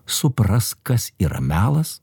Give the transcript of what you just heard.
supras kas yra melas